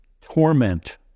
torment